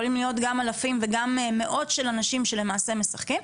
יכולים להיות גם אלפים וגם מאות של אנשים שלמעשה משחקים,